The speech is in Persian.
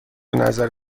نظر